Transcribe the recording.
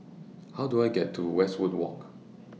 How Do I get to Westwood Walk